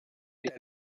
est